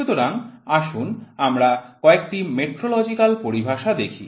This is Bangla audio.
সুতরাং আসুন আমরা কয়েকটি মেট্রোলজিক্যাল পরিভাষা দেখি